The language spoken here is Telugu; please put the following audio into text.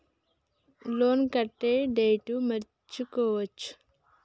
లోన్ కట్టే డేటు మార్చుకోవచ్చా?